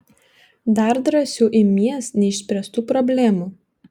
dar drąsiau imies neišspręstų problemų